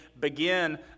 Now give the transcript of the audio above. begin